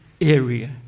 area